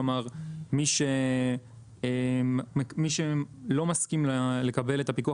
כלומר מי שלא הסכים לקבל את הפיקוח